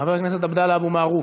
חבר הכנסת עבדאללה אבו מערוף.